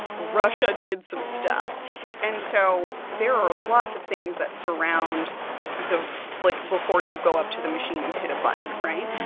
russia did some stuff and so there are lots of things that surround the like, before you go up to the machine and hit a button, right?